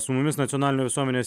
su mumis nacionalinio visuomenės